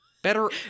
Better